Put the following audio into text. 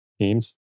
teams